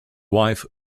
wife